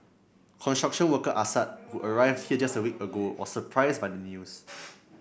construction worker Assad who arrived here just a week ago was surprised by the news